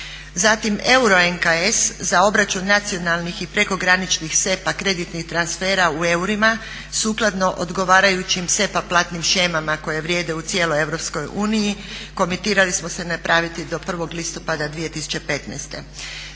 Zatim EURO NKS za obračun nacionalnih i prekograničnih SEPA kreditnih transfera u eurima sukladno odgovarajućim SEPA platnim shemama koje vrijede u cijeloj Europskoj uniji komutirali smo se napraviti do 1. listopada 2015.